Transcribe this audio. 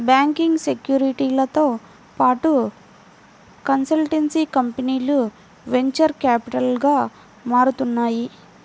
banking, సెక్యూరిటీలతో పాటు consultancy కంపెనీలు వెంచర్ క్యాపిటల్గా మారుతున్నాయి